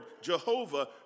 Jehovah